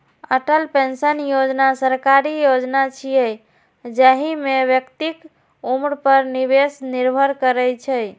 Atal pension योजना सरकारी योजना छियै, जाहि मे व्यक्तिक उम्र पर निवेश निर्भर करै छै